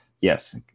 yes